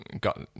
got